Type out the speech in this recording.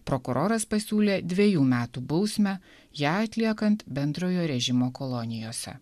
prokuroras pasiūlė dvejų metų bausmę ją atliekant bendrojo režimo kolonijose